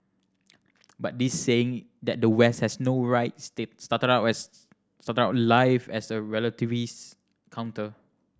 but this saying that the West has no rights started out life as a relativist counter